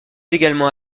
également